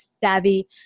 Savvy